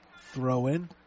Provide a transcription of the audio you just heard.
throw-in